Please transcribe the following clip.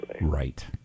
Right